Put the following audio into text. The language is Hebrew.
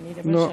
אני אדבר שלוש.